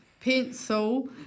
Pencil